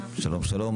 שלום-שלום.